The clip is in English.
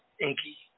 Inky